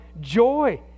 joy